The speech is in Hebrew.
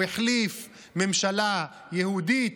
הוא החליף ממשלה יהודית,